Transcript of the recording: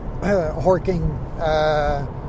horking